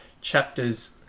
chapters